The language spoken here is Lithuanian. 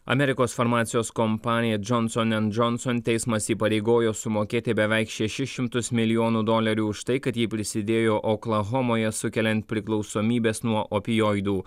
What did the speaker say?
amerikos farmacijos kompanija johnson and johnson teismas įpareigojo sumokėti beveik šešis šimtus milijonų dolerių už tai kad ji prisidėjo oklahomoje sukeliant priklausomybes nuo opioidų